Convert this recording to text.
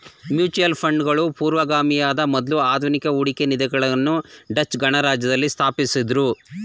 mutual ಫಂಡ್ಗಳು ಪೂರ್ವಗಾಮಿಯಾದ ಮೊದ್ಲ ಆಧುನಿಕ ಹೂಡಿಕೆ ನಿಧಿಗಳನ್ನ ಡಚ್ ಗಣರಾಜ್ಯದಲ್ಲಿ ಸ್ಥಾಪಿಸಿದ್ದ್ರು